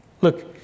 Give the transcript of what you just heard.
Look